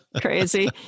crazy